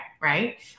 right